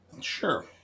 Sure